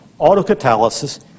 autocatalysis